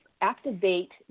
activate